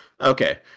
Okay